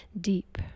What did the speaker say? deep